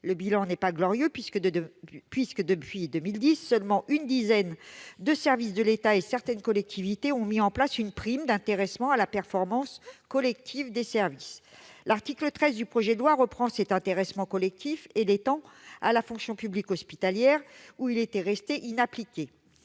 Le bilan n'est pas glorieux ! En effet, depuis 2010, seulement une dizaine de services de l'État et certaines collectivités ont mis en place une prime d'intéressement à la performance collective des services. L'article 13 du projet de loi reprend cet intéressement collectif et l'étend à la fonction publique hospitalière, où il était resté inappliqué.